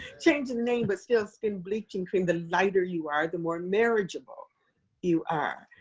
change the name but still skin bleaching cream, the lighter you are the more marriageable you are.